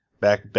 back